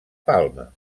palma